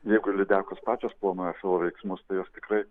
jeigu lydekos pačios planuoja savo veiksmus tai jos tikrai